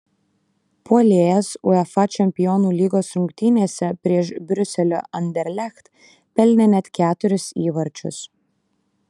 puolėjas uefa čempionų lygos rungtynėse prieš briuselio anderlecht pelnė net keturis įvarčius